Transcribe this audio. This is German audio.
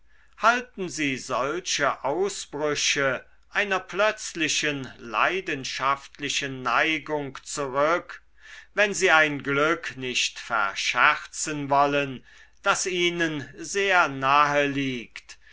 halten sie solche ausbrüche einer plötzlichen leidenschaftlichen neigung zurück wenn sie ein glück nicht verscherzen wollen das ihnen sehr nahe liegt